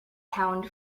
pound